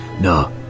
no